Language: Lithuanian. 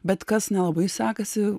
bet kas nelabai sekasi